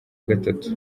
gatatu